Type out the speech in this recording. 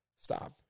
Stop